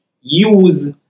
use